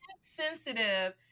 sensitive